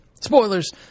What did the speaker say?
Spoilers